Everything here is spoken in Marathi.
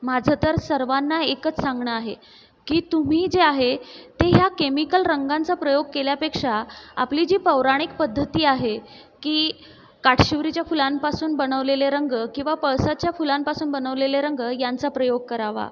माझं तर सर्वांना एकच सांगणं आहे की तुम्ही जे आहे ते ह्या केमिकल रंगाचा प्रयोग केल्यापेक्षा आपली जी पौराणिक पद्धती आहे की काटशिवरीच्या फुलांपासून बनवलेले रंग किंवा पळसाच्या फुलांपासून बनवलेले रंग ह्यांचा प्रयोग करावा